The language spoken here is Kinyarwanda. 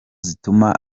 zituma